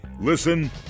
Listen